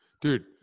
Dude